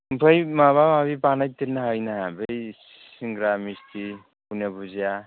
ओमफ्राय माबा माबि बानायदेरनो हायो ना हाया बै सिंग्रा मिस्टि बुन्दिया भुजिया